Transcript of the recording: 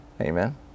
amen